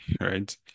right